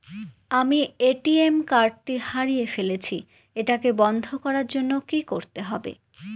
আমি ATM card টি হারিয়ে ফেলেছি এটাকে বন্ধ করার জন্য কি করতে হবে?